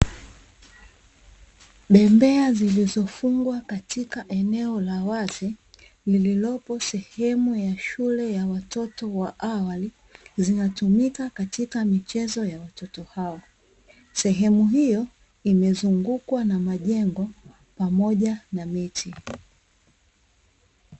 Bembea zilizofungwa katika eneo la wazi, lililopo sehemu ya shule ya watoto wa awali, zinatumika katika michezo ya watoto hao. Sehemu hiyo imezungukwa na majengo pamoja na miti.